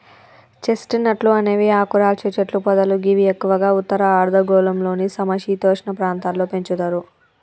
chest నట్లు అనేవి ఆకురాల్చే చెట్లు పొదలు గివి ఎక్కువగా ఉత్తర అర్ధగోళంలోని సమ శీతోష్ణ ప్రాంతాల్లో పెంచుతరు